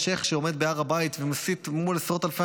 השיח' שעומד בהר הבית ומסית מול עשרות אלפי